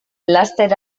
laster